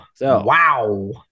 Wow